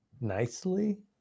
nicely